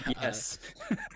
yes